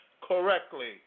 correctly